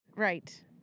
Right